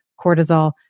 cortisol